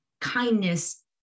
kindness